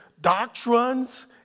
doctrines